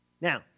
Now